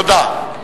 מסיר, תודה.